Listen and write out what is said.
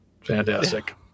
fantastic